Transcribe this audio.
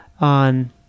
on